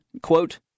quote